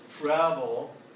travel